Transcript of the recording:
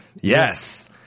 Yes